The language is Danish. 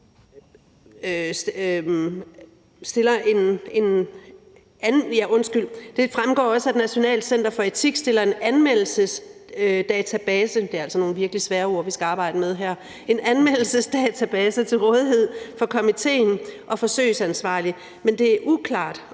Det fremgår også, at Nationalt Center for Etik stiller en anmeldelsesdatabase til rådighed for komitéen og den forsøgsansvarlige,